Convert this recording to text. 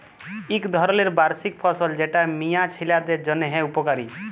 ইক ধরলের বার্ষিক ফসল যেট মিয়া ছিলাদের জ্যনহে উপকারি